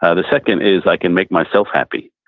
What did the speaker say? ah the second is, i can make myself happy,